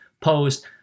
post